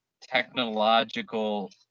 technological